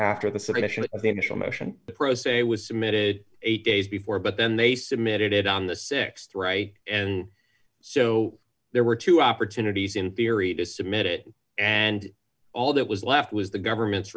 of the initial motion pro se was submitted eight days before but then they submitted it on the th right and so there were two opportunities in theory to submit it and all that was left was the government's